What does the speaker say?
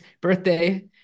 Birthday